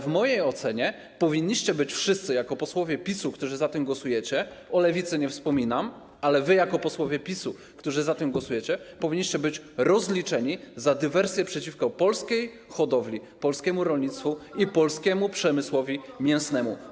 W mojej ocenie powinniście być wszyscy jako posłowie PiS-u, którzy za tym głosujecie - o Lewicy nie wspominam, wy jako posłowie PiS-u, którzy za tym głosujecie - rozliczeni za dywersję przeciwko polskiej hodowli, polskiemu rolnictwu i polskiemu przemysłowi mięsnemu.